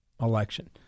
election